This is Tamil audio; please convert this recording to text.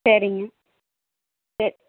சரிங்க சரி